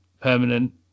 permanent